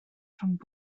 rhwng